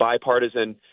bipartisan